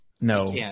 No